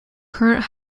current